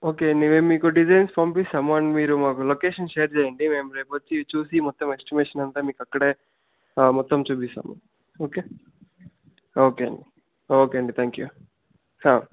okay నేనే మీకు designs పంపిస్తాము అండ్ మీరు లొకేషన్ షేర్ చెయ్యండి మేము రేపు వచ్చి చూసి మీకు ఎస్టిమేషన్ అంతా మీకక్కడే మొత్తం చూపిస్తాము ఓకే ఓకే అండి ఓకే థ్యాంక్ యూ